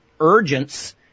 urgence